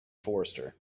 forester